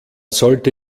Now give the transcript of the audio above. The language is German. sollte